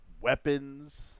weapons